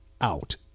out